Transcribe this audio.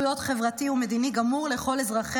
כל שלאל ידם לבנות פה חברה ומדינה בטוחה,